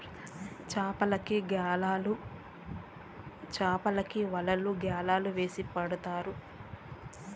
చాపలకి వలలు గ్యాలం వేసి పడతారు